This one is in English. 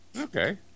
Okay